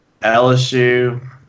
LSU